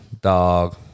dog